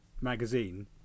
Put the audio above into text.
magazine